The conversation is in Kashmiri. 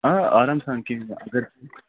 آ آرام سان کِہیٖنۍ اگر